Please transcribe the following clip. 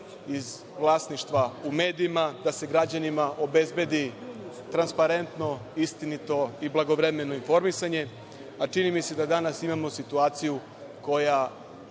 iz vlasništva u medijima, da se građanima obezbedi transparentno, istinito i blagovremeno informisanje. Čini mi se da danas imamo situaciju koja